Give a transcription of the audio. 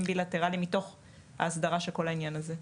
בלטראליים מתוך ההסדרה של כל העניין הזה.